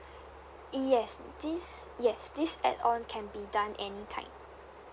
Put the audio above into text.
yes this yes this add on can be done anytime